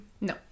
No